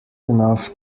enough